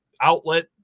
outlet